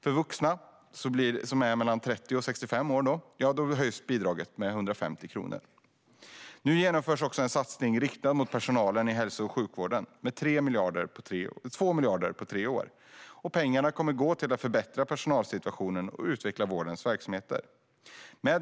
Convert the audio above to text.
För vuxna mellan 30 och 65 år höjs bidraget med 150 kronor. Nu genomförs också en satsning riktad mot personalen i hälso och sjukvården på 2 miljarder under tre år. Pengarna kommer att gå till att förbättra personalsituationen och utveckla vårdens verksamheter.